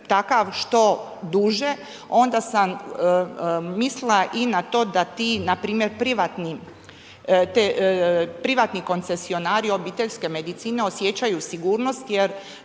što duže, onda sam mislila i na to da ti npr. privatni koncesionari obiteljske medicine osjećaju sigurnost